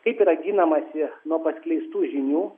kaip yra ginamasi nuo paskleistų žinių